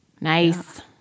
Nice